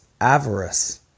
avarice